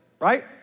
right